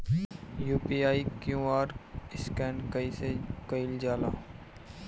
UPI QR scan कइसे कईल जा ला?